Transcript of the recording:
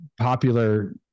popular